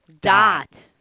dot